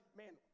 man